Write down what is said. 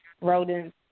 rodents